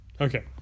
Okay